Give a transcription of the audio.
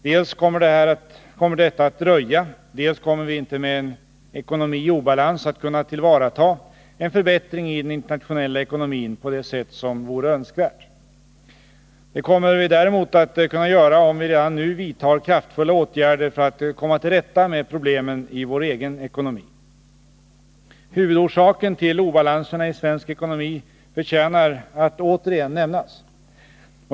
Dels kommer detta att dröja, dels kommer vi inte med en ekonomi i obalans att kunna tillvarata en förbättring i den internationella ekonomin på det sätt som vore önskvärt. Det kommer vi däremot att kunna göra, om vi redan nu vidtar kraftfulla åtgärder för att komma till rätta med problemen i vår egen ekonomi. Huvudorsaken till obalanserna i svensk ekonomi förtjänar att återigen nämnas.